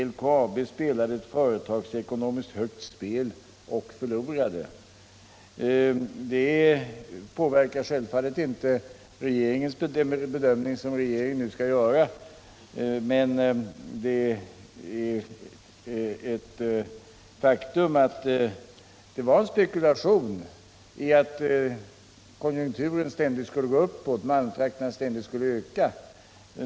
LKAB spelade ett företagsekonomiskt högt spel och förlorade.” Detta påverkar självfallet inte den bedömning som regeringen nu skall göra, men det är ett faktum att det var en spekulation i att konjunkturen ständigt skulle gå uppåt och att malmfrakterna ständigt skulle öka.